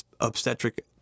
obstetric